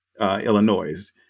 Illinois